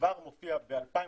כבר מופיע ב-2002,